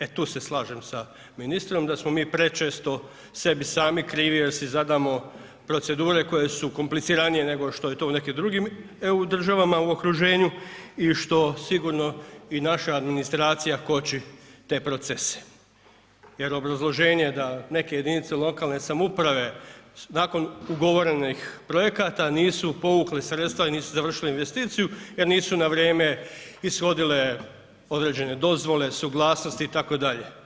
E tu se slažem sa ministrom, da smo mi prečesto sebi sami krivi jer si zadamo procedure koje su kompliciranije nego što je to u nekim drugim EU državama u okruženju i što sigurno i naša administracija koči te procese jer obrazloženje je da neke jedinice lokalne samouprave nakon ugovorenih projekata, nisu povukli sredstva i nisu završili investiciju jer nisu na vrijeme ishodile određene dozvole, suglasnosti itd.